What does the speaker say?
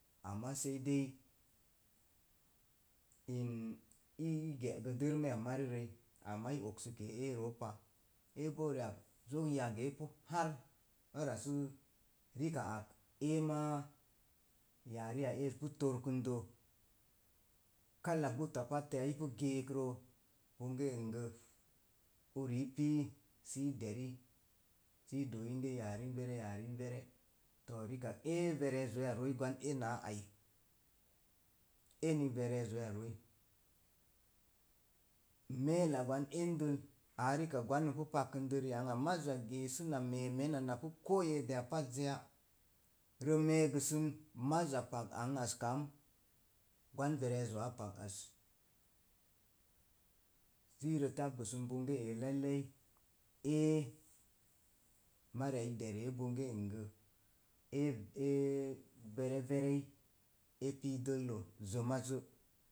Amma sai dei in ii ge’ gə dəmiya mirirəi ama loksi ke̱e̱ ee roo pa ama ri ak zok yagə pu haa, ora sə rikak ak eema yare a eez pu torkən də. Kala bata pattəya pat ipa ge̱e̱k rə, bonga nn gə uri i pii sə i deri sə i doo inge yarrem yere yani yare rikak ēē verezoiya reei gwanaa ai eni verezoya rooi me̱e̱la gwan endəl āā rikak npu pankəndəl uka all maza na gee səna meemen napu koo yeedeya pazziya rə me̱e̱gəsən maza pag ang az kam gwan verezo āā pag az. Sə irə tabbəs ən bonge e laiki ee mari ui i dere bonge n gə e vere verei epu dəllə zemaze